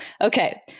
Okay